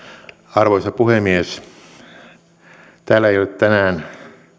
arvoisa puhemies täällä ei ole tänään